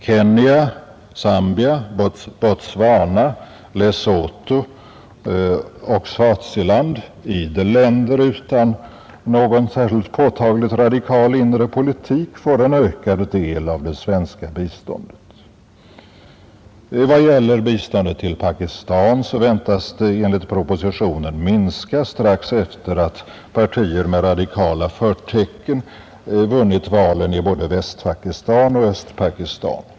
Kenya, Zambia, Botswana, Lesotho och Swaziland — idel länder utan någon påtagligt radikal inre politik — får en ökad del av det svenska biståndet. Vad gäller biståndet till Pakistan väntas det enligt propositionen minska strax efter det att partier med radikala förtecken vunnit valen i både Västpakistan och Östpakistan.